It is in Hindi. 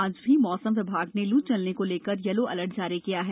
आज भी मौसम विभाग ने लू को लेकर यलो अलर्ट जारी किया है